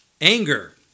Anger